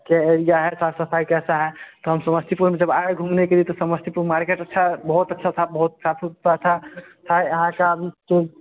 के एरिया है साफ़ सफ़ाई कैसा है तो हम समस्तीपुर में आए जब घूमने के लिए तो समस्तीपुर मार्केट अच्छा बहुत अच्छा था बहुत साफ़ सुथरा था था यहाँ का